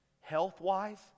health-wise